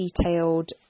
detailed